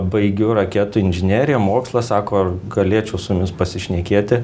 baigiu raketų inžineriją mokslą sako galėčiau su jumis pasišnekėti